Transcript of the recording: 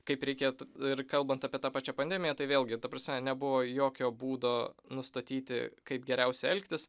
kaip reikėtų ir kalbant apie tą pačią pandemiją tai vėlgi ta prasme nebuvo jokio būdo nustatyti kaip geriausia elgtis